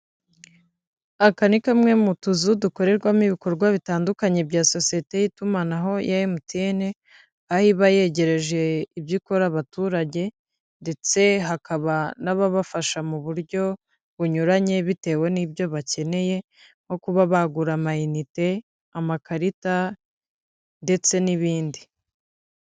Aka ni kamwe mu tuzu dukorerwamo ibikorwa bitandukanye bya sosiyete y'itumanaho ya MTN, aho iba yegereje ibyo ikora abaturage ndetse hakaba n'ababafasha mu buryo bunyuranye bitewe n'ibyo bakeneye nko kuba bagura amayinite, amakarita ndetse n'ibindi.